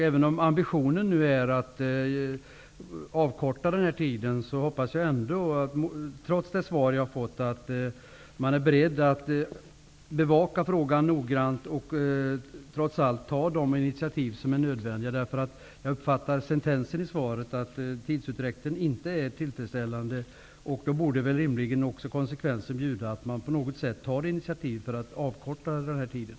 Även om ambitionen nu är att korta handläggningstiden, hoppas jag, trots det svar jag har fått, att man är beredd att bevaka frågan noggrant och att trots allt ta de initiativ som är nödvändiga. Jag uppfattar att sentensen i svaret är att tidsutdräkten inte är tillfredsställande, och då borde konsekvensen rimligen bjuda att man på något sätt tar initiativ för att korta handläggningstiden.